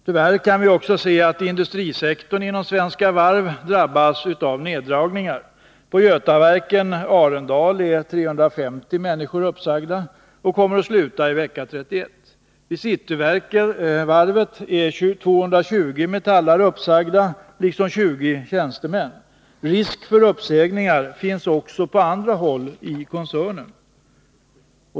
Tyvärr har nu också industrisektorn inom Svenska Varv drabbats av neddragningar. På Götaverken Arendal är 350 människor uppsagda och kommer att sluta vecka 31. Vid Cityvarvet är 220 metallare uppsagda, liksom 20 tjänstemän. Risk för uppsägningar finns också på andra håll i koncernen.